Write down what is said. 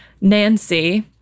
Nancy